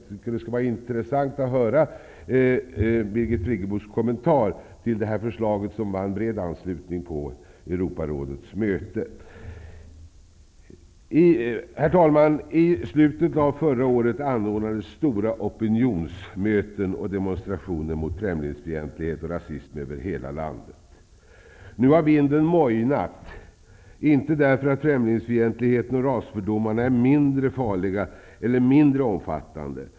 Det skulle vara intressant att höra Birgit Friggebos kommentar till detta förslag, som vann en bred anslutning på Europarådets möte. Herr talman! I slutet av förra året anordnades stora opinionsmöten och demonstrationer mot främlingsfientlighet och rasism över hela landet. Nu har vinden mojnat, inte därför att främlingsfientligheten och rasfördomarna är mindre farliga eller mindre omfattande.